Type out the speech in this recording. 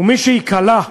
ומי שייקלע,